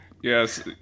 Yes